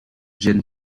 jin